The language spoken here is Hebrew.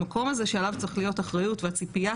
המקום הזה שעליו צריכה להיות אחריות והציפייה